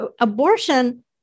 Abortion